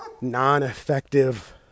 non-effective